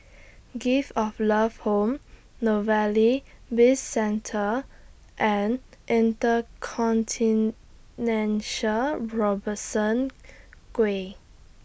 Gift of Love Home Novelty Bizcentre and InterContinental Robertson Quay